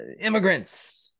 immigrants